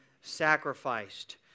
sacrificed